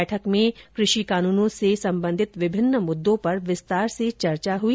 बैठक में कृषि कानूनों से संबंधित विभिन्न मुद्दों पर विस्तार से चर्चा हुई